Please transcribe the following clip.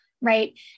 right